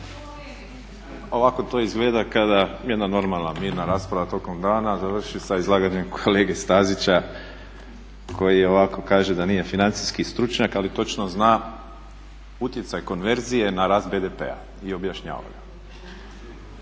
Ovako to izgleda kada jedna normalna, mirna rasprava tokom dana završi sa izlaganjem kolege Stazića koji ovako kaže da nije financijski stručnjak, ali točno zna utjecaj konverzije na rast BDP-a i objašnjava ga.